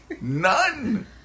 None